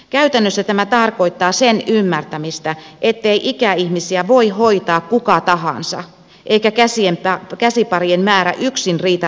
käytännössä tämä tarkoittaa sen ymmärtämistä ettei ikäihmisiä voi hoitaa kuka tahansa eikä käsiparien määrä yksin riitä laadukkaaseen hoitoon